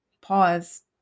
pause